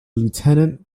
lieutenant